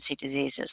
diseases